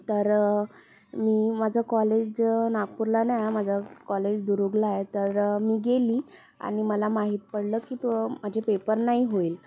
तर मी माझं कॉलेज जेव्हा नागपूरला नाया माझं कॉलेज दुरूगला आहे तर मी गेली आणि मला माहित पडलं की तं माजे पेपर नाही होईल